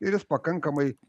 ir jis pakankamai